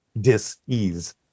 dis-ease